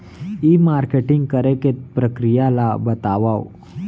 ई marketing करे के प्रक्रिया ला बतावव?